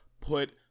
put